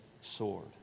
sword